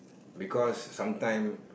because sometime